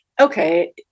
okay